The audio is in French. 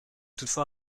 toutefois